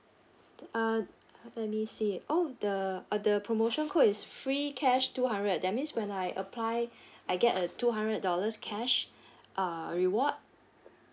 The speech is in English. uh let me see oh the uh the promotion code is free cash two hundred that means when I apply I get a two hundred dollars cash uh reward